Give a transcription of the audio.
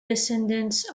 descendants